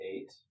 eight